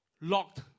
locked